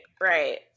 right